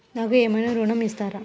నాకు ఏమైనా ఋణం ఇస్తారా?